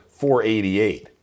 488